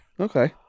Okay